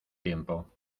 tiempo